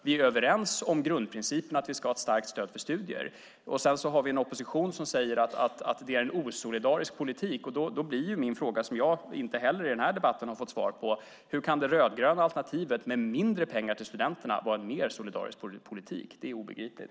Vi är överens om grundprincipen att vi ska ha ett starkt stöd för studier. Sedan har vi en opposition som säger att det är en osolidarisk politik. Min fråga blir då, som jag inte heller i den här debatten har fått svar på: Hur kan det rödgröna alternativet med mindre pengar till studenterna vara en mer solidarisk politik? Det är obegripligt.